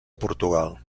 portugal